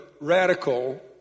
radical